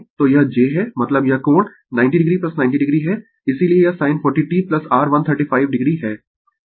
तो यह j है मतलब यह कोण 90 o 90 o है इसीलिये यह sin 40 t R135 o है